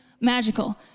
magical